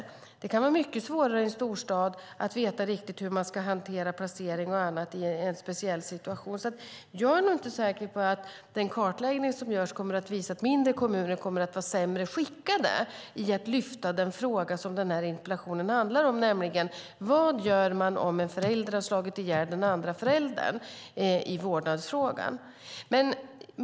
I en storstad kan det vara mycket svårare att riktigt veta hur man ska hantera placering och annat i en speciell situation. Jag är inte säker på att den kartläggning som görs kommer att visa att mindre kommuner är sämre skickade att lyfta fram den fråga som interpellationen handlar om, nämligen: Vad gör man i vårdnadsfrågan om en förälder har slagit ihjäl den andra föräldern?